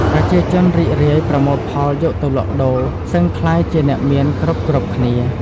ប្រជាជន រីករាយប្រមូលផលយកទៅលក់ដូរ សឹងក្លាយជាអ្នកមាន គ្រប់ៗ គ្នា ។